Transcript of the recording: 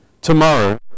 Tomorrow